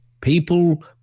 people